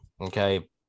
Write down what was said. Okay